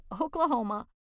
Oklahoma